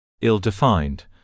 Ill-defined